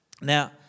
Now